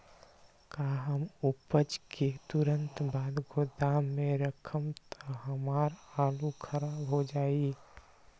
का हम उपज के तुरंत बाद गोदाम में रखम त हमार आलू खराब हो जाइ?